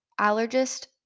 allergist